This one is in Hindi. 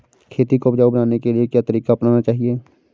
खेती को उपजाऊ बनाने के लिए क्या तरीका अपनाना चाहिए?